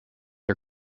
her